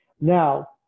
Now